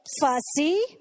fussy